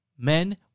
Men